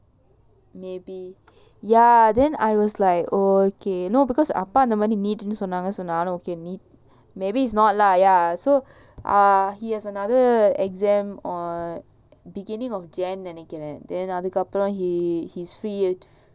maybe ya then I was like okay no because அப்பாஅந்தமாதிரிசொன்னாங்க:appa andha madhiri sonnanga maybe it's not lah yeah so ya he has another exam on beginning of jan and நெனைக்கிறேன்:nenaikren he is free